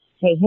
hey